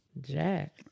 Jack